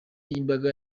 y’imbaga